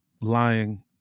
lying